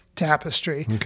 tapestry